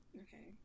Okay